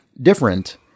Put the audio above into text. different